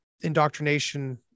indoctrination